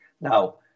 Now